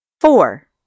Four